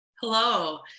Hello